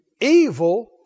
evil